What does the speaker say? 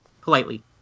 politely